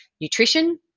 nutrition